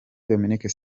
dominique